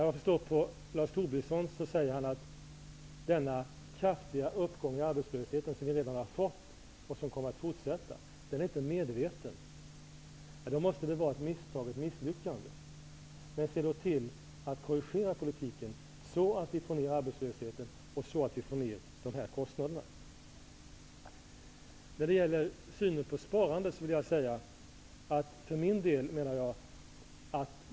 Lars Tobisson säger att denna fortsatt kraftiga uppgång i arbetslösheten inte är medveten. Då måste det vara ett misslyckande. Men se då till att korrigera politiken så att vi får ned arbetslösheten och kan sänka kostnaderna. Vidare har vi frågan om sparande.